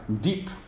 deep